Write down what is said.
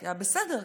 בסדר,